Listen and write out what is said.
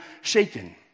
shaken